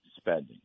spending